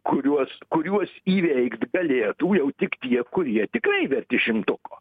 kuriuos kuriuos įveikt galėtų jau tik tie kurie tikrai verti šimtuko